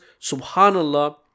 Subhanallah